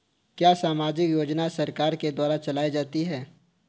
क्या सामाजिक योजनाएँ सरकार के द्वारा चलाई जाती हैं?